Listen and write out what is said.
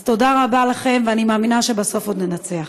אז תודה רבה לכם, ואני מאמינה שבסוף עוד ננצח.